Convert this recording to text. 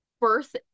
birth